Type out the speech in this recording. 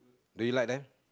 do you like them